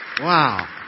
Wow